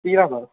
दीड हजार